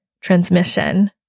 transmission